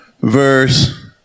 verse